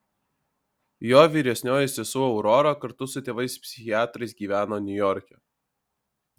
jo vyresnioji sesuo aurora kartu su tėvais psichiatrais gyveno niujorke